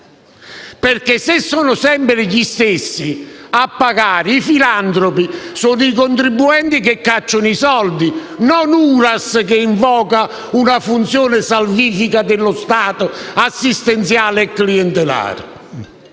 perché, se sono sempre gli stessi a pagare, i filantropi sono i contribuenti che cacciano i soldi, non il senatore Uras, che invoca una funzione salvifica dello Stato assistenziale e clientelare